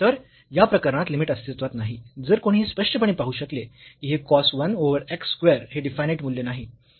तर या प्रकरणात लिमिट अस्तित्वात नाही जर कोणी हे स्पष्टपणे पाहू शकले की हे cos 1 ओव्हर x स्क्वेअर हे डिफायनाइट मूल्य नाही